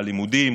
לימודים,